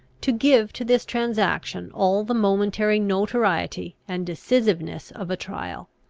to give to this transaction all the momentary notoriety and decisiveness of a trial.